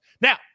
Now